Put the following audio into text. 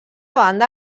banda